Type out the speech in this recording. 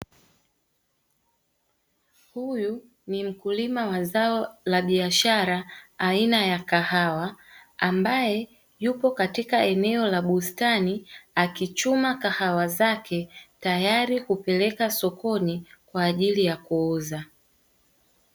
Huyu ni mkulima wa zao la biashara, aina ya kahawa ambaye yupo katika eneo la bustani, akichuma kahawa zake tayari kupeleka sokoni kwa ajili ya kuuza.